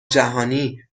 جهانی